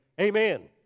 amen